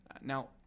Now